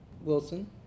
Wilson